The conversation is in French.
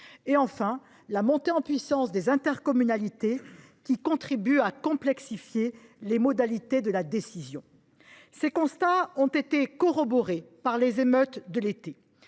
la montée en puissance des intercommunalités, qui contribue à complexifier les modalités de la décision. Ces constats ont été corroborés par les émeutes de l’été